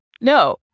no